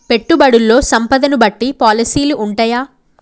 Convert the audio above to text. పెట్టుబడుల్లో సంపదను బట్టి పాలసీలు ఉంటయా?